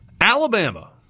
Alabama